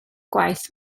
gwaith